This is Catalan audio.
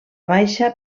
baixa